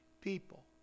people